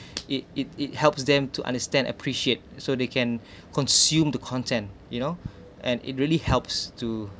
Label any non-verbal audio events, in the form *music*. it it it helps them to understand appreciate so they can *breath* consume to content you know and it really helps to